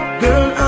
girl